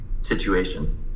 situation